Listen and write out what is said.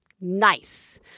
nice